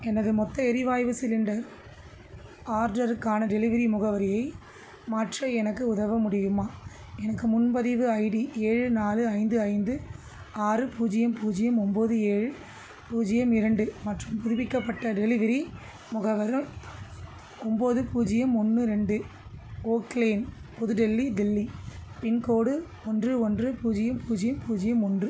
எனது மொத்த எரிவாய்வு சிலிண்டர் ஆர்டருக்கான டெலிவரி முகவரியை மாற்ற எனக்கு உதவ முடியுமா எனக்கு முன்பதிவு ஐடி ஏழு நாலு ஐந்து ஐந்து ஆறு பூஜ்ஜியம் பூஜ்ஜியம் ஒம்பது ஏழு பூஜ்ஜியம் இரண்டு மற்றும் புதுப்பிக்கப்பட்ட டெலிவரி முகவர ஒம்பது பூஜ்ஜியம் ஒன்று ரெண்டு ஓக்லேன் புது டெல்லி டெல்லி பின்கோடு ஒன்று ஒன்று பூஜ்ஜியம் பூஜ்ஜியம் பூஜ்ஜியம் ஒன்று